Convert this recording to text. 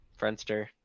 Friendster